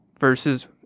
Versus